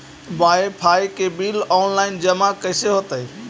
Wifi के bill online जमा कैसे होतै?